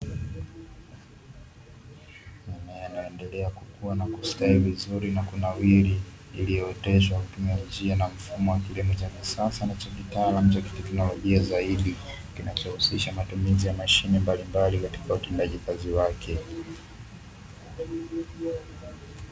Mimea inayoendelea kukua na kustawi vizuri na kunawiri, iliyooteshwa kwa kutumia njia na mfumo wa kilimo cha kisasa na cha kitaalamu cha kitekinolojia zaidi, kinachohusisha matumizi ya mashine mbalimbali katika utendaji kazi wake.